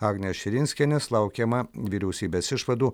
agnės širinskienės laukiama vyriausybės išvadų